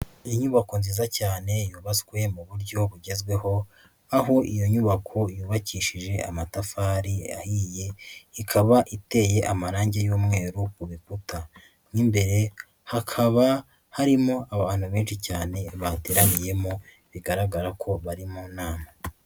Inyubako nziza cyane yubatswe mu buryo bugezweho, aho iyo nyubako yubakishije amatafari ahiye, ikaba iteye amarangi y'umweru ku bikuta. Mu imbere hakaba harimo abantu benshi cyane bateraniyemo, bigaragara ko bari mu nama.